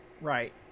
Right